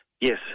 Yes